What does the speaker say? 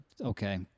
okay